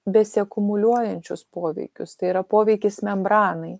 besiakumuliuojančius poveikius tai yra poveikis membranai